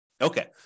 Okay